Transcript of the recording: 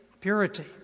purity